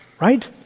right